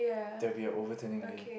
there will be a overturning again